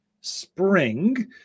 spring